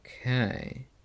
Okay